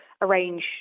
arrange